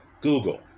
Google